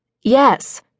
yes